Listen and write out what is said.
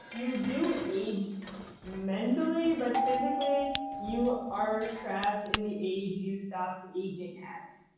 you do age mentally, but physically you are trapped in the age you stopped aging at.